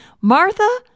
Martha